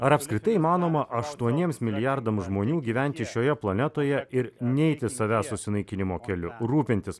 ar apskritai įmanoma aštuoniems milijardams žmonių gyventi šioje planetoje ir neiti savęs susinaikinimo keliu rūpintis